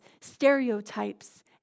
stereotypes